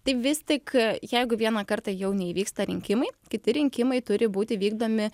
tai vis tik jeigu vieną kartą jau neįvyksta rinkimai kiti rinkimai turi būti vykdomi